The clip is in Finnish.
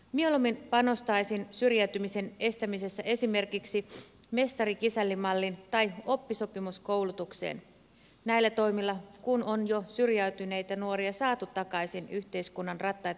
mieluummin panostaisin syrjäytymisen estämisessä esimerkiksi mestarikisälli malliin tai oppisopimuskoulutukseen näillä toimilla kun on jo syrjäytyneitä nuoria saatu takaisin yhteiskunnan rattaita pyörittämään